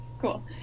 cool